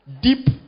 deep